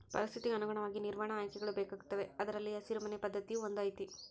ಪರಿಸ್ಥಿತಿಗೆ ಅನುಗುಣವಾಗಿ ನಿರ್ವಹಣಾ ಆಯ್ಕೆಗಳು ಬೇಕಾಗುತ್ತವೆ ಅದರಲ್ಲಿ ಹಸಿರು ಮನೆ ಪದ್ಧತಿಯೂ ಒಂದು ಐತಿ